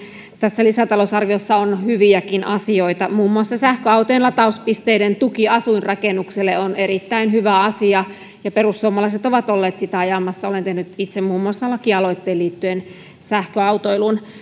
tässä lisätalousarviossa on hyviäkin asioita muun muassa sähköautojen latauspisteiden tuki asuinrakennuksille on erittäin hyvä asia ja perussuomalaiset ovat olleet sitä ajamassa olen itse tehnyt muun muassa lakialoitteen liittyen sähköautoiluun